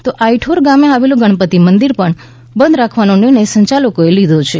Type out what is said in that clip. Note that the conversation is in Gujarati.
તો આઈઠોર ગામે આવેલું ગણપતિ મંદિર પણ બંધ રાખવાનો નિર્ણય સંચાલકો એ લીધો છે